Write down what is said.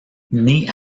née